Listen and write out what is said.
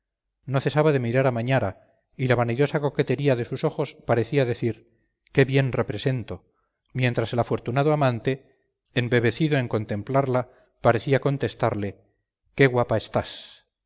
no cesaba de mirar a mañara y la vanidosa coquetería de sus ojos parecía decir qué bien represento mientras el afortunado amante embebecido en contemplarla parecía contestarle qué guapa estás